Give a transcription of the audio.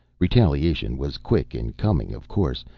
retaliation was quick in coming, of course.